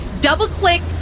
double-click